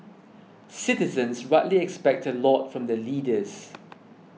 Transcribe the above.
citizens rightly expect a lot from their leaders